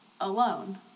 alone